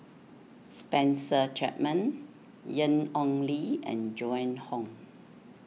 Spencer Chapman Ian Ong Li and Joan Hon